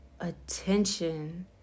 attention